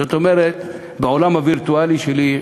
זאת אומרת בעולם הווירטואלי שלי,